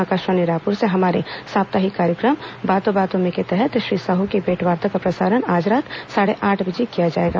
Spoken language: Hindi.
आकाशवाणी रायपुर से हमारे साप्ताहिक कार्यक्रम बातों बातों में के तहत श्री साहू की भेंट वार्ता का प्रसारण आज रात साढ़े आठ बजे किया जाएगा